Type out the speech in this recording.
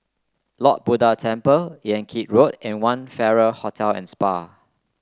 Lord Buddha Temple Yan Kit Road and One Farrer Hotel and Spa